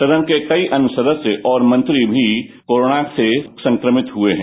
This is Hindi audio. सदन के कई अन्य सदस्य भी और मंत्री भी कोरोना संक्रमित हुए हैं